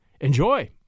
Enjoy